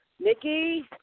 Nikki